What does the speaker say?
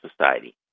Society